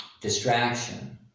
distraction